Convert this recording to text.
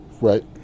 Right